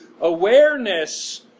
awareness